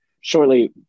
Shortly